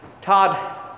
Todd